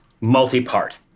multi-part